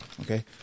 Okay